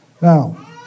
Now